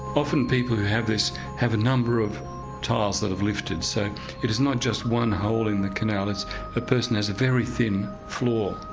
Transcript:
often people who have this have a number of tiles that have lifted so it is not just one hole in the canal it's a person has a very thin floor,